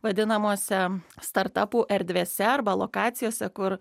vadinamose startapų erdvėse arba lokacijose kur